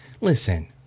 Listen